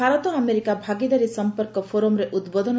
Bharat America ଭାଗିଦାରୀ ସଂପର୍କ ଫୋରମରେ ଉଦ୍ବୋଧନ